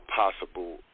possible